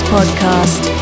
Podcast